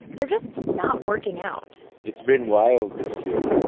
they're just not working out it's been wild this year.